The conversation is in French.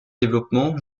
développement